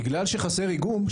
בגלל שחסר איגום,